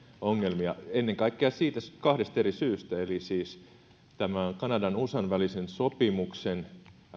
ongelmia ennen kaikkea kahdesta eri syystä tämä on kanadan ja usan välisen sopimuksen